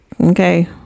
okay